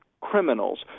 Criminals